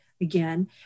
again